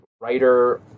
writer